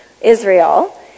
Israel